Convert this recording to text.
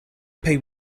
pay